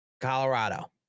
Colorado